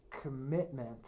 commitment